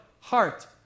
heart